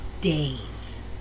days